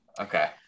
Okay